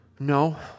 No